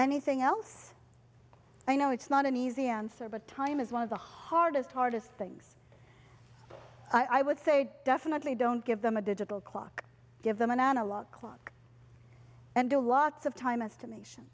anything else i know it's not an easy answer but time is one of the hardest hardest things i would say definitely don't give them a digital clock give them an analog clock and do lots of time estimation